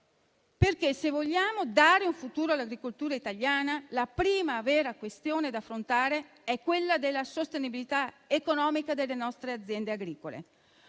Se vogliamo dare un futuro all'agricoltura italiana, la prima, vera questione da affrontare è la sostenibilità economica delle nostre aziende agricole.